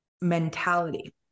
mentality